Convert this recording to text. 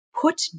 put